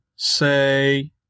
say